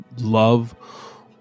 love